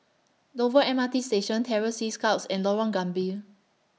Dover M R T Station Terror Sea Scouts and Lorong Gambir